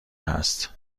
هست